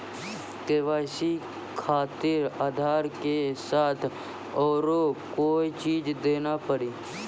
KYC खातिर आधार के साथ औरों कोई चीज देना पड़ी?